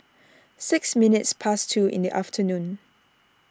six minutes past two in the afternoon